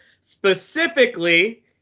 Specifically